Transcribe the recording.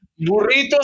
burritos